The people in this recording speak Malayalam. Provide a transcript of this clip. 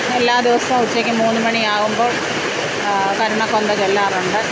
എല്ലാ ദിവസവും ഉച്ചയ്ക്ക് മൂന്ന് മണിയാവുമ്പോൾ കരുണ കൊന്ത ചൊല്ലാറുണ്ട്